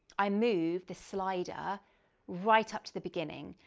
i move the slider right up to the beginning.